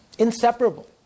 inseparable